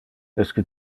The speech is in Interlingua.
esque